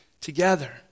together